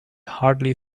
hardly